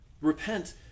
Repent